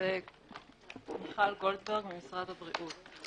מיכל גולדברג, משרד הבריאות.